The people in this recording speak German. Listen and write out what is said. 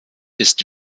ist